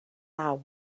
naw